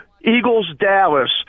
Eagles-Dallas